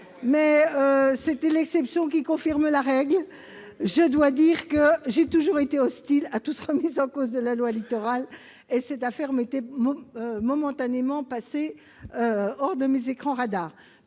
! C'était l'exception qui confirme la règle ! J'ai toujours été hostile à toute remise en cause de la loi Littoral ; cette affaire était momentanément passée hors de mes écrans radars.